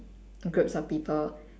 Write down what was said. groups of people